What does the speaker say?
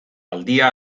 aldia